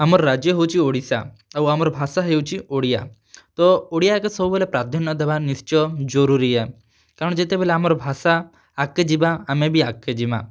ଆମର୍ ରାଜ୍ୟ ହେଉଛେ ଓଡ଼ିଶା ଆଉ ଆମର୍ ଭାଷା ହେଉଛେ ଓଡ଼ିଆ ତ ଓଡ଼ିଆ କେ ସବୁବେଳେ ପ୍ରାଧାନ୍ୟ ଦେବା ନିଶ୍ଚୟ୍ ଜରୁରୀ ଆଏ କାରଣ୍ ଯେତେବେଳେ ଆମର୍ ଭାଷା ଆଗ୍କେ ଯିବା ଆମେ୍ ବି ଆଗ୍କେ ଯିବା